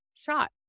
shot